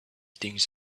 things